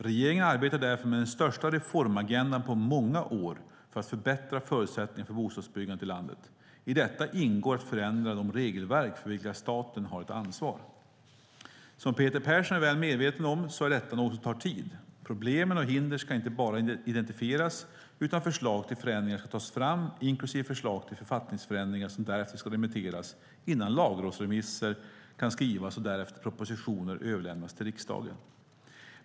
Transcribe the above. Regeringen arbetar därför med den största reformagendan på många år för att förbättra förutsättningarna för bostadsbyggande i landet. I detta ingår att förändra de regelverk för vilka staten har ett ansvar. Som Peter Persson är väl medveten om så är detta något som tar tid. Problemen och hinder ska inte bara identifieras utan förslag till förändringar ska tas fram, inklusive förslag till författningsförändringar, som därefter ska remitteras innan lagrådsremisser kan skrivas och därefter propositioner överlämnas till riksdagen.